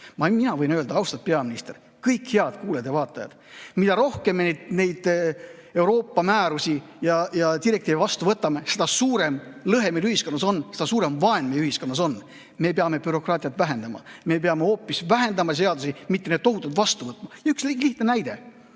aga mina võin öelda, austatud peaminister, kõik head kuulajad ja vaatajad, et mida rohkem me neid Euroopa määrusi ja direktiive vastu võtame, seda suurem lõhe meil ühiskonnas on, seda suurem vaen meie ühiskonnas on. Me peame bürokraatiat vähendama, me peame hoopis vähendama seadusi, mitte neid tohutult vastu võtma. Üks lihtne näide.